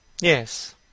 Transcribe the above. Yes